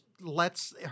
lets